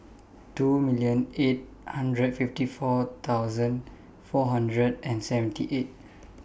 two million eight hundred fifty four thousand four hundred and seventy eight